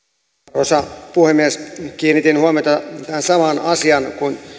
arvoisa puhemies kiinnitin huomiota tähän samaan asiaan kuin